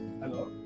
Hello